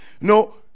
No